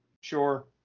Sure